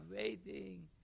waiting